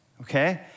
okay